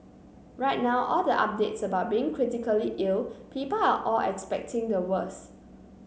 right now all the updates about being critically ill people are all expecting the worse